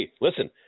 listen